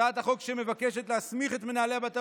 הצעת החוק שמבקשת להסמיך את מנהלי בתי